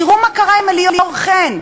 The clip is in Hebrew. תראו מה קרה עם אליאור חן,